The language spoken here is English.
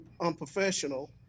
unprofessional